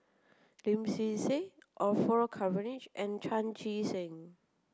Lim Swee Say Orfeur Cavenagh and Chan Chee Seng